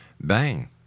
bang